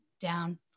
down